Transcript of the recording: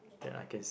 that I guess